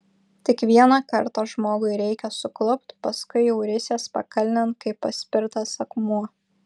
tik vieną kartą žmogui reikia suklupt paskui jau risies pakalnėn kaip paspirtas akmuo